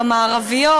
המערביות,